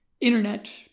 internet